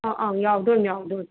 ꯑꯪ ꯑꯪ ꯌꯥꯎꯗꯣꯏꯅꯤ ꯌꯥꯎꯗꯣꯏꯅꯤ